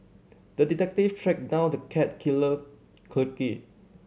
the detective tracked down the cat killer quickly